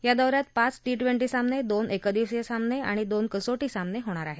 या दौऱ्यात पाच टी ट्वेंटी सामने दोन एकदिवसीय सामने आणि दोन कसोटी सामने होणार आहेत